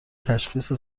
تشخیص